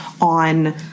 on